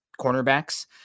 cornerbacks